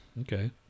Okay